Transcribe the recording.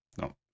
no